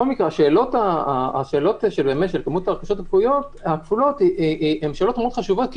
השאלות של כמות ההרכשות הכפולות חשובות כי